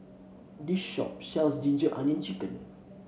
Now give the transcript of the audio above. this shop sells ginger onion chicken